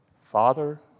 Father